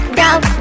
down